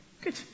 good